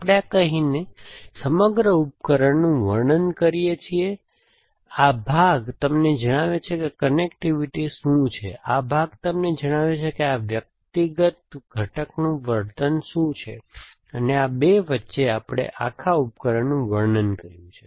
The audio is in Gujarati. આપણે આ કહીને સમગ્ર ઉપકરણનું વર્ણન કરીએ છીએ આ ભાગ તમને જણાવે છે કે કનેક્ટિવિટી શું છે આ ભાગ તમને જણાવે છે કે વ્યક્તિગત ઘટકનું વર્તન શું છે અને આ 2 વચ્ચે આપણે આખા ઉપકરણનું વર્ણન કર્યું છે